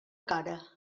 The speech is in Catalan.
cara